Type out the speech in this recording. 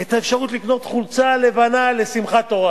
את האפשרות לקנות חולצה לבנה לשמחת תורה